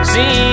See